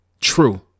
true